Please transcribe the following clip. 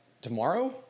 tomorrow